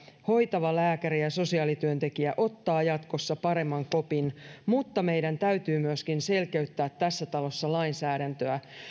hoitava lääkäri ja sosiaalityöntekijä ottavat jatkossa paremman kopin kielteisen päätöksen saaneesta asiakkaasta mutta meidän täytyy myöskin selkeyttää tässä talossa lainsäädäntöä